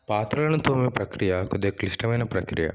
పాత్రలను తోమే ప్రక్రియ కొద్దిగా క్లిష్టమైన ప్రక్రియ